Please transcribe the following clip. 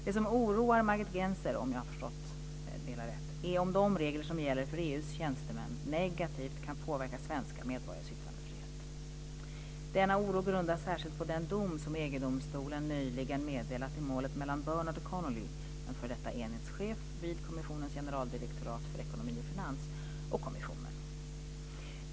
Det som oroar Margit Gennser är om de regler som gäller för EU:s tjänstemän negativt kan påverka svenska medborgares yttrandefrihet. Denna oro grundas särskilt på den dom som EG-domstolen nyligen meddelat i målet mellan Bernard Connolly, en f.d. enhetschef vid kommissionens generaldirektorat för ekonomi och finans, och kommissionen.